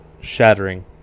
Shattering